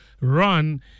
run